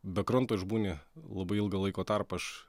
be kranto išbūni labai ilgą laiko tarpą aš